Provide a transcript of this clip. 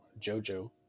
Jojo